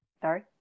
Sorry